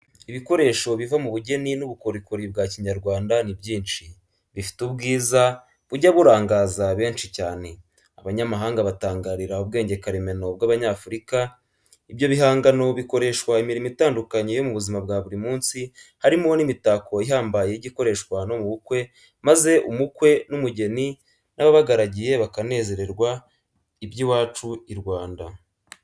Ibikoresho biva mu bugeni n'ubukorikori bwa Kinyarwanda ni byinshi, bifite ubwiza bujya burangaza benshi cyane abanyamahanga batangarira ubwenge karemano bw'Abanyafurika, ibyo bihangano bikoreshwa imirimo itandukanye yo mu buzima bwa buri munsi, harimo n'imitako ihambaye ijya ikoreshwa no mu bukwe maze umukwe n'umugeni n'ababagaragiye bakanezererwa iby'iwacu i Rwanda.